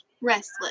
restless